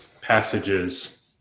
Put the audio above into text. passages